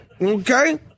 Okay